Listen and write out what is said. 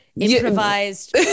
Improvised